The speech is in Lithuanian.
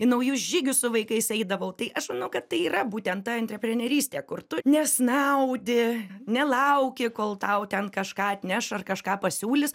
į naujus žygius su vaikais eidavau tai aš manau kad tai yra būtent ta antreprenerystė kur tu nesnaudi nelauki kol tau ten kažką atneš ar kažką pasiūlys